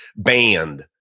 band,